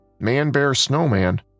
Man-Bear-Snowman